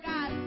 God